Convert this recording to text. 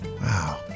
Wow